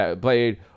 played